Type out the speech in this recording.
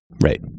Right